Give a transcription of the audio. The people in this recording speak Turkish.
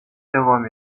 devam